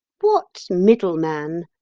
what middleman?